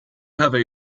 have